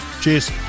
Cheers